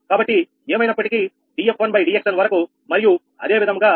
కాబట్టి ప్రతి పునరావృతానికిని